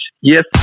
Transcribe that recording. Yes